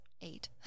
eight